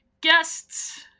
guests